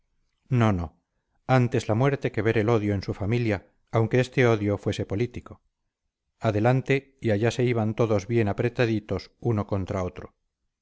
no no antes la muerte que ver el odio en su familia aunque este odio fuese político adelante y allá se iban todos bien apretaditos uno contra otro